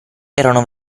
erano